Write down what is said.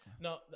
No